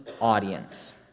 audience